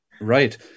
Right